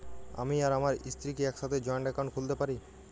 আমি আর আমার স্ত্রী কি একসাথে জয়েন্ট অ্যাকাউন্ট খুলতে পারি?